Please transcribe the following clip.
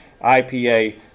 IPA